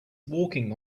walking